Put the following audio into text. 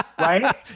right